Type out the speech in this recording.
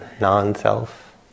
non-self